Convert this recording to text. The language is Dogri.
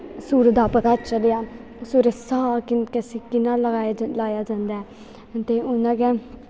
सुरें दा पता चलेआ सुर साह् कि'यां लाया जंदा ऐ ते उ'आं गै